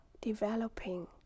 developing